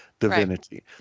divinity